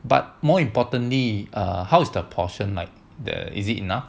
but more importantly how is the portion like there is it enough